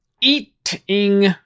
eating